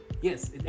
yes